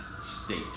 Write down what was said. state